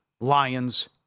Lions